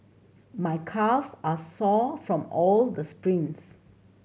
my calves are sore from all the sprints